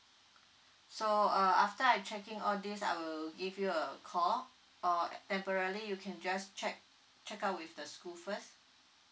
so uh after I checking all this I will give you a call or temporarily you can just check check out with the school first